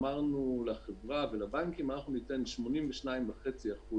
אמרנו לחברה ולבנקים: אנחנו ניתן 82.5%